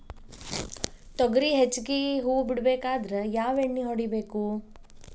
ತೊಗರಿ ಹೆಚ್ಚಿಗಿ ಹೂವ ಬಿಡಬೇಕಾದ್ರ ಯಾವ ಎಣ್ಣಿ ಹೊಡಿಬೇಕು?